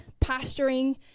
pastoring